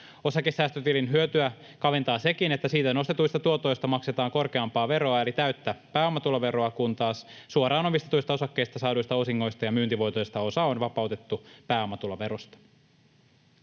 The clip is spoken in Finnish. Osakesäästötilin hyötyä kaventaa sekin, että siitä nostetuista tuotoista maksetaan korkeampaa veroa eli täyttä pääomatuloveroa, kun taas suoraan omistetuista osakkeista saaduista osingoista ja myyntivoitoista osa on vapautettu pääomatuloverosta.